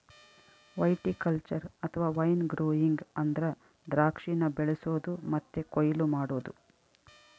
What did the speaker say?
viticulture ಅಥವಾ wine growing ಅಂದ್ರ ದ್ರಾಕ್ಷಿನ ಬೆಳಿಸೊದು ಮತ್ತೆ ಕೊಯ್ಲು ಮಾಡೊದು